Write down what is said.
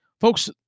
Folks